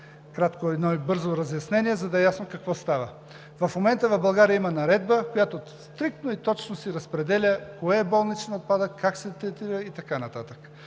кратко и бързо разяснение, за да е ясно какво става. В момента в България има наредба, която стриктно и точно разпределя кое е болничен отпадък, как се третира и така нататък.